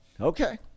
Okay